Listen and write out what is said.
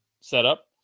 setup